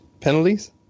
penalties